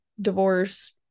divorce